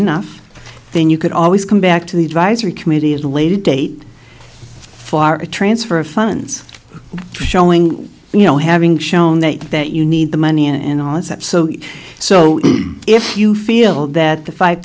enough then you could always come back to the advisory committee at a later date far a transfer of funds showing you know having shown that you need the money and all is that so so if you feel that the five